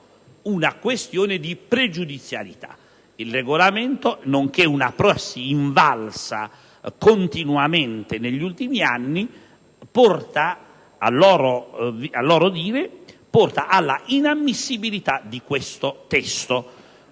una questione di pregiudizialità. Il Regolamento, nonché una prassi invalsa continuamente negli ultimi anni, porta, a loro dire, all'inammissibilità di questo testo.